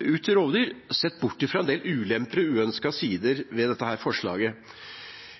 ut rovdyr sett bort fra en del ulemper og uønskede sider ved dette forslaget: